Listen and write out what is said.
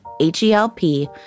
h-e-l-p